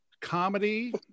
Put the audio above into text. comedy